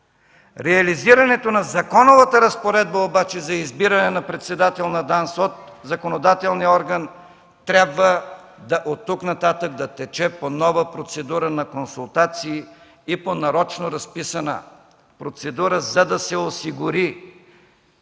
Реализирането на законовата разпоредба обаче за избиране на председател на ДАНС от законодателния орган от тук нататък трябва да тече по нова процедура на консултации и по нарочно разписана процедура, за да се осигури